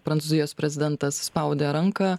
prancūzijos prezidentas spaudė ranką